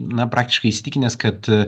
na praktiškai įsitikinęs kad